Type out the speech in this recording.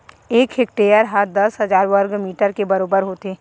एक हेक्टेअर हा दस हजार वर्ग मीटर के बराबर होथे